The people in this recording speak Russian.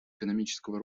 экономического